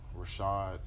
Rashad